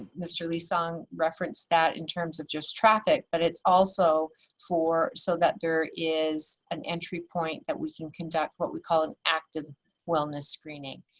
mr. lee-sung referenced that in terms of just traffic, but it's also so that there is an entry point that we can conduct what we call an active wellness screening.